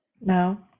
No